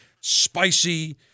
spicy